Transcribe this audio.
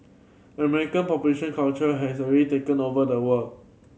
American population culture has already taken over the world